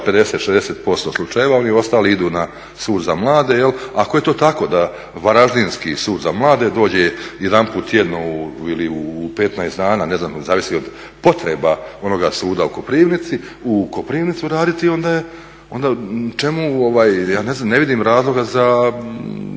50, 60% slučajeva ovi ostali idu na Sud za mlade. Ako je to tako da Varaždinski sud za mlade dođe jedanput tjedno ili u 15 dana, ne znam zavisi od potreba onoga suda u Koprivnicu, u Koprivnicu raditi onda čemu ne znam, ja ne vidim razloga za